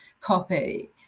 copy